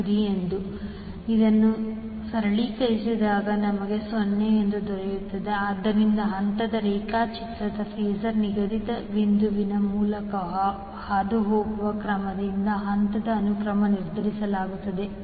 866 0 ಆದ್ದರಿಂದ ಹಂತದ ರೇಖಾಚಿತ್ರದಲ್ಲಿ ಫಾಸರ್ ನಿಗದಿತ ಬಿಂದುವಿನ ಮೂಲಕ ಹಾದುಹೋಗುವ ಕ್ರಮದಿಂದ ಹಂತದ ಅನುಕ್ರಮವನ್ನು ನಿರ್ಧರಿಸಲಾಗುತ್ತದೆ